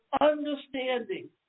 understanding